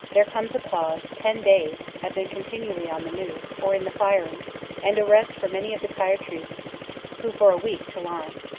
there comes a pause ten days have been continually on the move or in the firing and a rest for many of the tired troops who for a week to line.